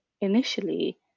initially